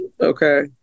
Okay